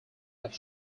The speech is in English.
have